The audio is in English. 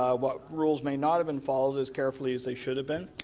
what rules may not have been followed as carefully as they should have been.